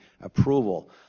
approval